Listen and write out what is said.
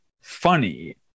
funny